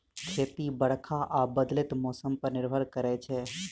खेती बरखा आ बदलैत मौसम पर निर्भर करै छै